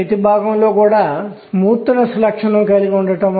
ఈ స్థాయిలు విభిన్న శక్తులను కలిగి ఉంటాయి